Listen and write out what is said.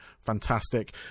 fantastic